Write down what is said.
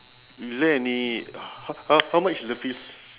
is there any h~ how much is the fees